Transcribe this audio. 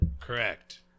Correct